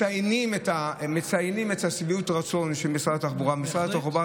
מציינים את שביעות הרצון ממשרד התחבורה.